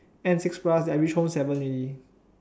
end six plus then I reach home seven already